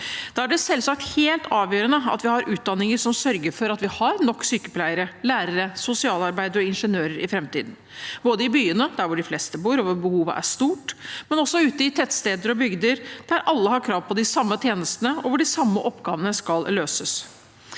er det selvsagt helt avgjørende at vi har utdanninger som sørger for at vi har nok sykepleiere, lærere, sosialarbeidere og ingeniører i framtiden, både i byene – der hvor de fleste bor, og hvor behovet er stort – og ute i tettsteder og bygder, der alle har krav på de samme tjenestene, og hvor de samme oppgavene skal løses.